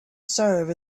serve